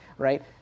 Right